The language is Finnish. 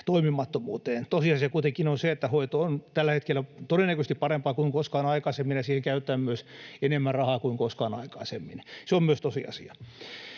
toimimattomuuteen? Tosiasia kuitenkin on se, että hoito on tällä hetkellä todennäköisesti parempaa kuin koskaan aikaisemmin, ja siihen käytetään myös enemmän rahaa kuin koskaan aikaisemmin, se on myös tosiasia.